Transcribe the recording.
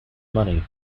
money